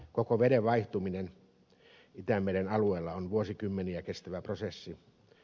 koko veden vaihtuminen itämeren alueella on vuosikymmeniä kestävä prosessi